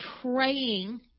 praying